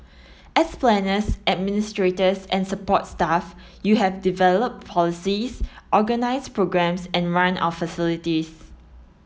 as planners administrators and support staff you have developed policies organised programmes and run our facilities